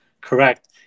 correct